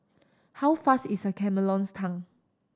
how fast is a chameleon's tongue